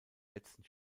letzten